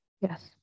yes